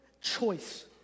choice